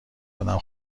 آدم